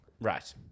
Right